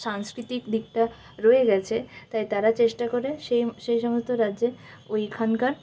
সাংস্কৃতিক দিকটা রয়ে গেছে তাই তারা চেষ্টা করে সেই সমস্ত রাজ্যে ওইখানকার